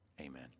Amen